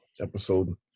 Episode